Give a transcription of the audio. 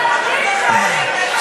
היה אמור להתקיים.